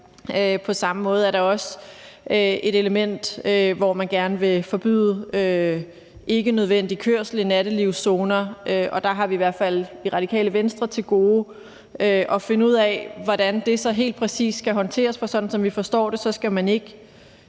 På samme måde er der også et element om, at man gerne vil forbyde ikkenødvendig kørsel i nattelivszoner, og der har vi i hvert fald i Radikale Venstre til gode at finde ud af, hvordan det så helt præcis skal håndteres, for sådan som vi forstår det, skal man ikke